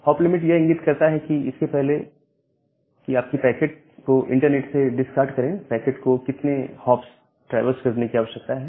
hop limit यह इंगित करता है कि इससे पहले की आप पैकेट को इंटरनेट से डिस्कार्ड करें पैकेट को कितने हॉप्स ट्रैवर्स करने की आवश्यकता है